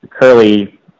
Curly